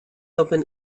open